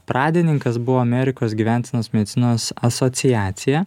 pradininkas buvo amerikos gyvensenos medicinos asociacija